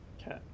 Okay